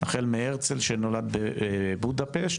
החל מהרצל שנולד בבודפשט,